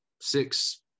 six